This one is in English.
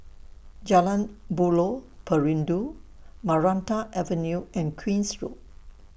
Jalan Buloh Perindu Maranta Avenue and Queen's Road